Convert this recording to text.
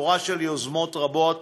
שורה של יוזמות רבות